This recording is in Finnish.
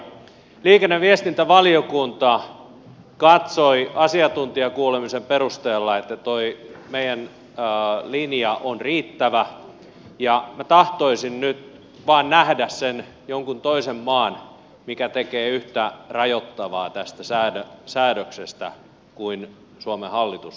liikenne ja viestintävaliokunta katsoi asiantuntijakuulemisen perusteella että tuo meidän linjamme on riittävä ja minä tahtoisin nyt vain nähdä sen jonkun toisen maan mikä tekee yhtä rajoittavaa tästä säädöksestä kuin mitä suomen hallitus nyt ajaa